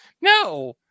No